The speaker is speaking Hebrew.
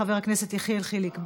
חבר הכנסת יחיאל חיליק בר.